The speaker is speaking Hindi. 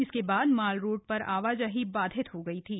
इसके बाद मालरोड पर आवाजाही बाधित हो गयी थी